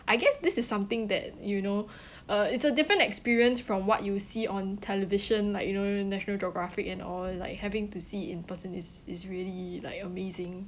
I guess this is something that you know uh it's a different experience from what you will see on television like you know national geographic and all like having to see in person is is really like amazing